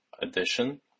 edition